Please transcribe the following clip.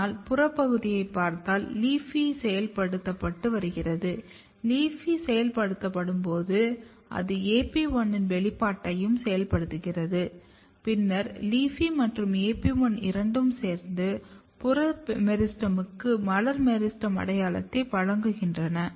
ஆனால் புறப் பகுதியைப் பார்த்தால் LEAFY செயல்படுத்தப்பட்டு வருகிறது LEAFY செயல்படுத்தப்படும்போது அது AP1 இன் வெளிப்பாட்டையும் செயல்படுத்துகிறது பின்னர் LEAFY மற்றும் AP1 இரண்டும் சேர்ந்து புற மெரிஸ்டெமுக்கு மலர் மெரிஸ்டெம் அடையாளத்தைக் வழங்குகின்றன